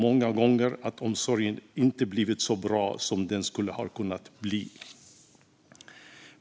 Många gånger har omsorgen inte blivit så bra som den skulle ha kunnat bli.